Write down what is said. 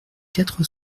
quatre